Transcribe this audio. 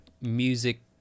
music